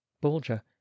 Bulger